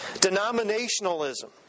denominationalism